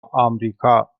آمریکا